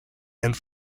and